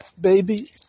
baby